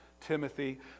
Timothy